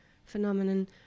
phenomenon